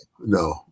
no